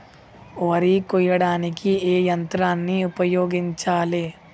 వరి కొయ్యడానికి ఏ యంత్రాన్ని ఉపయోగించాలే?